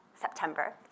September